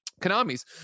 Konami's